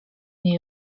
mnie